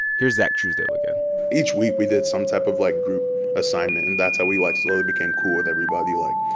here's zach truesdale again each week, we did some type of, like, group assignment, and that's how we, like, slowly became cool with everybody. like,